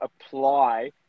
apply